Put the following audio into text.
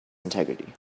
integrity